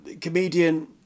comedian